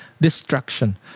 destruction